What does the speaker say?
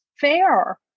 fair